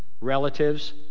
relatives